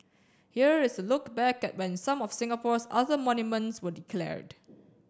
here is a look back at when some of Singapore's other monuments were declared